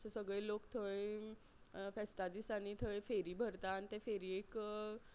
so सगळे लोक थंय फेस्ता दिसांनी थंय फेरी भरता आनी ते फेऱ्येक